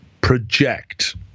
project